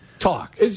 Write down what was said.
talk